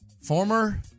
former